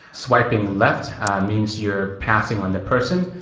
swiping left means you're passing on the person.